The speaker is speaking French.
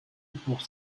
pour